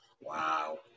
Wow